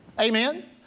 Amen